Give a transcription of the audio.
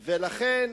ולכן,